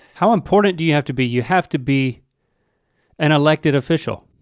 how important do you have to be? you have to be an elected official.